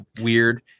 weird